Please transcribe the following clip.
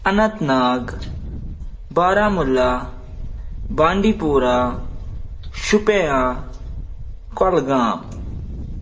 Anant Nag Baramulla Bandipora Shopian Kulgam